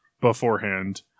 beforehand